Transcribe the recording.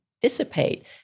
dissipate